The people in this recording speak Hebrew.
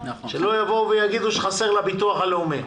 שלא יבואו ויגידו שחסר לביטוח הלאומי.